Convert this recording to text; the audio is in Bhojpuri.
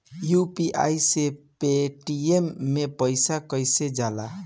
यू.पी.आई से पेटीएम मे पैसा कइसे जाला?